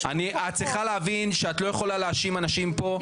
את צריכה להבין שאת לא יכולה להאשים אנשים פה,